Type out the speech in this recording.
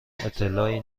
اطلاعی